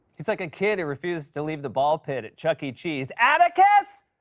he's like a kid who refuses to leave the ball pit at chuck e. cheese. atticus!